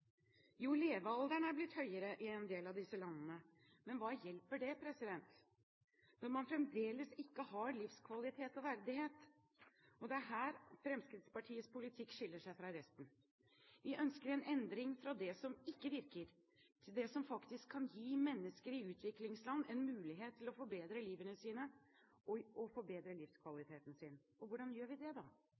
Jo, levealderen er blitt høyere i en del av disse landene. Hva hjelper det når man fremdeles ikke har livskvalitet og verdighet? Det er her Fremskrittspartiets politikk skiller seg fra resten. Vi ønsker en endring fra det som ikke virker, til det som faktisk kan gi mennesker i utviklingsland en mulighet til å forbedre livene sine og forbedre livskvaliteten sin. Hvordan gjør vi det da?